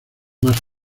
más